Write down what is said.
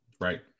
Right